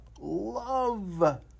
love